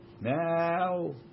now